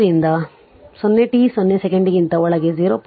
ಆದ್ದರಿಂದ 0 t 0 ಸೆಕೆಂಡಿಗಿಂತ ಒಳಗೆ 0